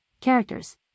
characters